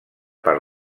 per